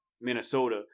Minnesota